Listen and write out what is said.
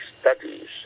studies